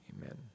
amen